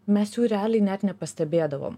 mes jų realiai net nepastebėdavom